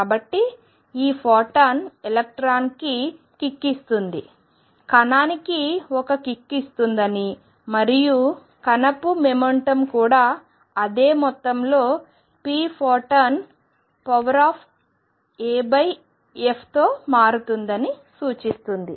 కాబట్టి ఈ ఫోటాన్ ఎలక్ట్రాన్కు కిక్ ఇస్తుంది కణానికి ఒక కిక్ ఇస్తుందని మరియు కణపు మొమెంటం కూడా అదే మొత్తంలో pphotonaf తో మారుతుందని సూచిస్తుంది